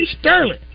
Sterling